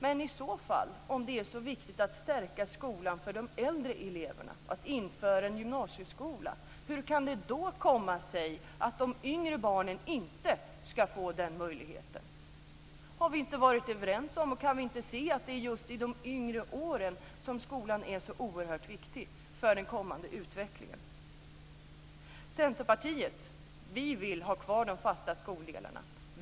Men om det är så viktigt att stärka skolan för de äldre eleverna och att införa en gymnasieskola, hur kan det då komma sig att de yngre barnen inte ska få den möjligheten? Har vi inte varit överens om och kan vi inte se att det är just i de yngre åren som skolan är så oerhört viktig för den kommande utvecklingen? Vi i Centerpartiet vill ha kvar de fasta skoldelarna.